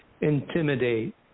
intimidate